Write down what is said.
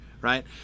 right